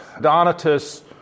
Donatus